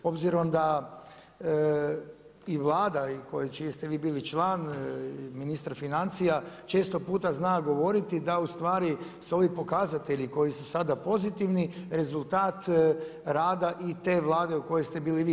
Obzirom da i Vlada i koji, čiji ste vi bili član i ministar financija, često puta zna govoriti da ustvari su ovi pokazatelji koji su sada pozitivni rezultat i te Vlade u kojoj ste bili i vi.